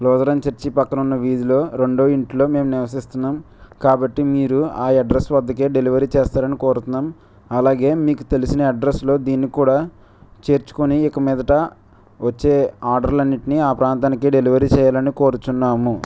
Lutheran church పక్కన ఉన్న వీధిలో రెండో ఇంట్లో మేము నివసిస్తున్నాం కాబట్టి మీరు ఆ అడ్రస్ వద్దకు డెలివరీ చేస్తారని కోరుతున్నాం అలాగే మీకు తెలిసిన అడ్రస్లో దీన్ని కూడా చేర్చుకొని ఇక మీదట వచ్చే ఆర్డర్లు అన్నింటిని ఆ ప్రాంతానికి డెలివరీ చేయాలని కోరుతున్నాము